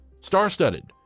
Star-Studded